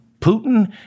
Putin